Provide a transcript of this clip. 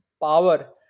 power